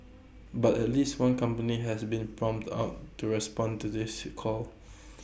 but at least one company has been prompt out to respond to this his call